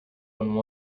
one